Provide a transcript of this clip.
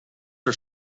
are